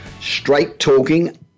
straight-talking